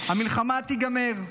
המלחמה תיגמר,